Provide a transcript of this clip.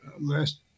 last